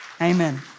Amen